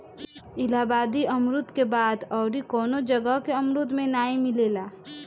इलाहाबादी अमरुद के बात अउरी कवनो जगह के अमरुद में नाइ मिलेला